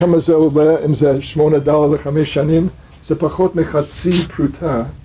כמה זה עולה אם זה שמונה דולר לחמש שנים, זה פחות מחצי פרוטה